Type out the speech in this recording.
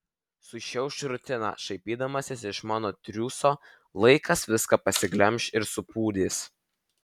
sušiauš rutiną šaipydamasis iš mano triūso laikas viską pasiglemš ir supūdys